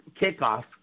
kickoff